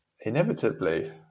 Inevitably